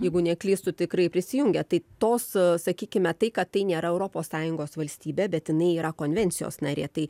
jeigu neklystu tikrai prisijungia tai tos sakykime tai kad tai nėra europos sąjungos valstybė bet jinai yra konvencijos narė tai